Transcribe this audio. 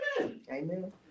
Amen